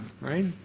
right